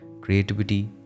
creativity